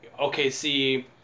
OKC